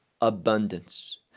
abundance